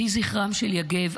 יהי זכרם של יגב,